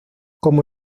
como